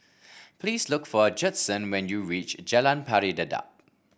please look for Judson when you reach Jalan Pari Dedap